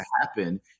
happen